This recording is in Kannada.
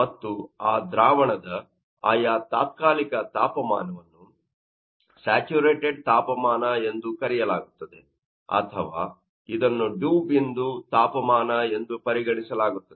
ಮತ್ತು ಆ ದ್ರಾವಣದ ಆಯಾ ತಾತ್ಕಾಲಿಕ ತಾಪಮಾನವನ್ನು ಸ್ಯಾಚುರೇಟೆಡ್ ತಾಪಮಾನ ಎಂದು ಕರೆಯಲಾಗುತ್ತದೆ ಅಥವಾ ಇದನ್ನು ಡಿವ್ ಬಿಂದು ತಾಪಮಾನ ಎಂದು ಪರಿಗಣಿಸಲಾಗುತ್ತದೆ